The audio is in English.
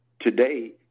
today